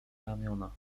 ramiona